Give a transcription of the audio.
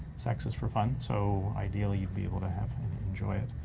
sex is for fun, so ideally you'd be able to have it and enjoy it.